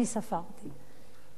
אני ספרתי.